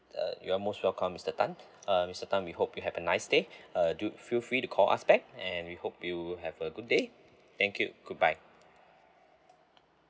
uh you're most welcome mister tan uh mister tan we hope you have a nice day uh do feel free to call us back and we hope you have a good day thank you goodbye